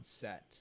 set